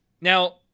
Now